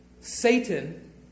Satan